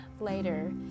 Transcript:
later